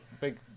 big